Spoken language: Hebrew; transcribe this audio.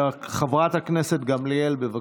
חברת הכנסת גמליאל, בבקשה.